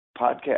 podcast